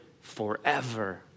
forever